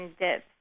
dips